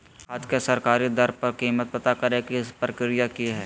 खाद के सरकारी दर पर कीमत पता करे के प्रक्रिया की हय?